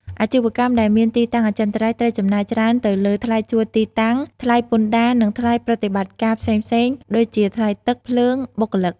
អាជីវកម្មដែលមានទីតាំងអចិន្ត្រៃយ៍ត្រូវចំណាយច្រើនទៅលើ ថ្លៃជួលទីតាំង ថ្លៃពន្ធដារ និងថ្លៃប្រតិបត្តិការផ្សេងៗ ដូចជាថ្លៃទឹក ភ្លើង បុគ្គលិក។